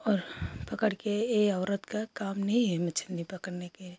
और पकड़ कर यह औरत का काम नहीं है मछली पकड़ने के